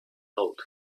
told